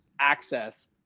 access